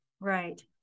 right